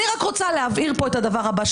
אני רק רוצה להבהיר פה את הדבר הבא,